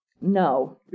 No